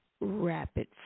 rapid